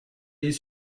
est